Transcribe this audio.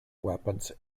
weapons